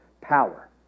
power